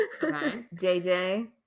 JJ